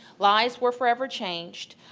lives were forever changed,